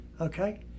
okay